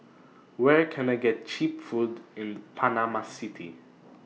Where Can I get Cheap Food in Panama City